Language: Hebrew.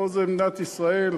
פה זה מדינת ישראל.